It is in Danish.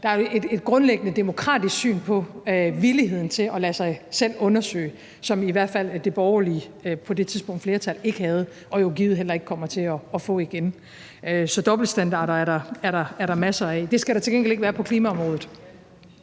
er jo et grundlæggende demokratisk syn på villigheden til at lade sig undersøge, som i hvert fald det på det tidspunkt borgerlige flertal ikke havde og jo givet heller ikke kommer til at få igen. Så dobbeltstandarder er der masser af. Det skal der til gengæld ikke være på klimaområdet